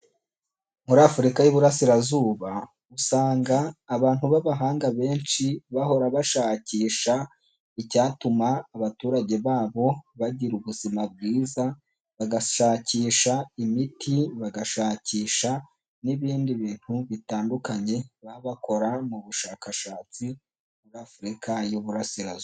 Muri Afurika y'iburasirazuba, usanga abantu b'abahanga benshi bahora bashakisha icyatuma abaturage babo bagira ubuzima bwiza, bagashakisha imiti, bagashakisha n'ibindi bintu bitandukanye, baba bakora mu bushakashatsi, muri Afurika y'uburasirazuba.